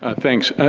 ah thanks.